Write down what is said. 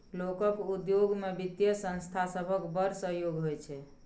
लोकक उद्योग मे बित्तीय संस्था सभक बड़ सहयोग होइ छै